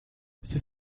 c’est